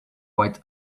white